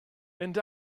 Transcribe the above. and